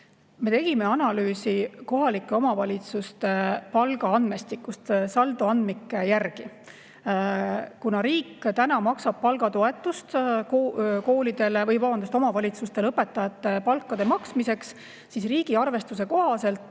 Me tegime analüüsi kohalike omavalitsuste palgaandmestiku kohta saldoandmike järgi. Kuna riik maksab palgatoetust omavalitsustele õpetajate palkade maksmiseks, siis riigi arvestuse kohaselt